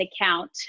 account